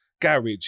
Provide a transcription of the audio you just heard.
Garage